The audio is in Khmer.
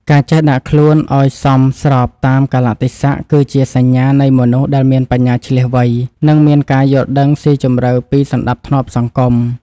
ការចេះដាក់ខ្លួនឱ្យសមស្របតាមកាលៈទេសៈគឺជាសញ្ញានៃមនុស្សដែលមានបញ្ញាឈ្លាសវៃ និង មានការយល់ដឹងស៊ីជម្រៅពីសណ្តាប់ធ្នាប់សង្គម។